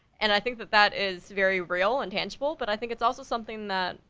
and i think that that is very real and tangible, but i think it's also something that,